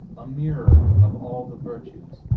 a mirror of all the virtues,